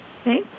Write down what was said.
Okay